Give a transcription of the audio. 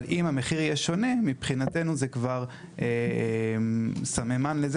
אבל אם המחיר יהיה שונה מבחינתנו זה סממן לזה